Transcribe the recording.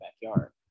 backyard